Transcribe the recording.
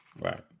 Right